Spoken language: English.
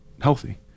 healthy